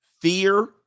Fear